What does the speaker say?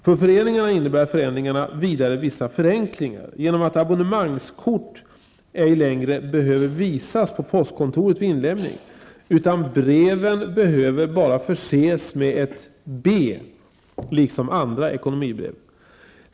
För föreningarna innebär förändringen vidare vissa förenklingar genom att abonnemangskort ej längre behöver visas på postkontoret vid inlämning, utan breven behöver bara förses med ett ''B'', liksom andra ekonomibrev.